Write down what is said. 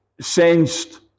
sensed